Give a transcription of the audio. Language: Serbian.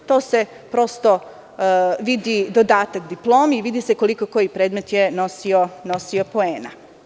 To se prosto vidi, dodatak diplomi, vide se koliko koji predmet je nosio poena.